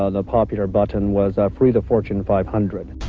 ah the popular button was free the fortune five hundred.